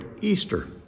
Easter